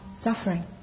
suffering